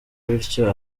bityo